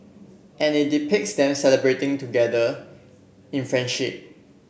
and it depicts them celebrating together in friendship